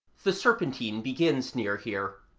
the serpentine begins near here.